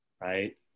right